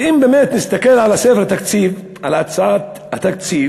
ואם באמת נסתכל על ספר התקציב, על הצעת התקציב,